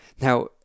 now